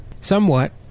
somewhat